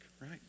right